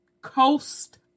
coast